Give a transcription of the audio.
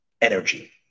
energy